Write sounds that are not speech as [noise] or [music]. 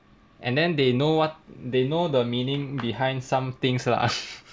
and then they know what they know the meaning behind some things lah [laughs]